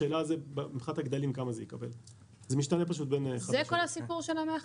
השאלה מבחינת הגודל כמה כל אחד יקבל,